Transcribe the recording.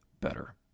better